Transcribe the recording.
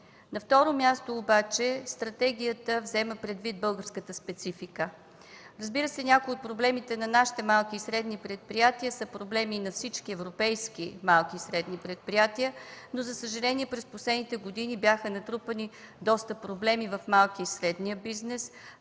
съюз. Второ, стратегията взема предвид българската специфика. Разбира се, някои от проблемите на нашите малки и средни предприятия са проблеми на всички европейски малки и средни предприятия, но за съжаление през последните години бяха натрупани доста проблеми в малкия и среден бизнес